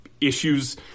issues